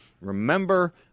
Remember